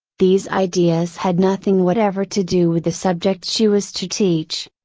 these ideas had nothing whatever to do with the subject she was to teach.